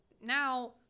now